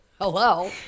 hello